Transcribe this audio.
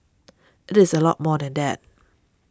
it is a lot more than that